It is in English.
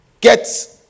Get